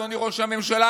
אדוני ראש הממשלה,